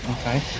Okay